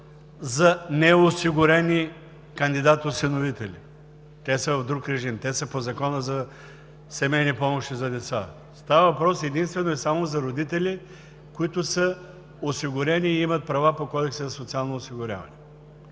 за неосигурени кандидат осиновители – те са в друг режим, те са по Закона за семейните помощи за деца, а става въпрос единствено и само за родители, които са осигурени и имат права по Кодекса за социално осигуряване.